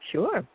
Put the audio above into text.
Sure